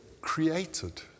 created